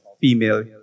Female